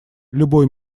любой